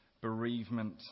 bereavement